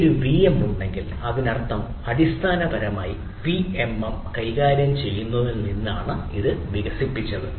എനിക്ക് ഒരു വിഎം ഉണ്ടെങ്കിൽ അതിനർത്ഥം അടിസ്ഥാനപരമായി വിഎംഎം കൈകാര്യം ചെയ്യുന്നതിൽ നിന്നാണ് ഇത് വികസിച്ചത്